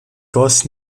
goss